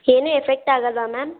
ಏನೂ ಎಫೆಕ್ಟ್ ಆಗಲ್ಲವಾ ಮ್ಯಾಮ್